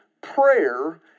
prayer